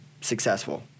successful